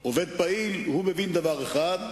הוא עובד פעיל הוא מבין דבר אחד,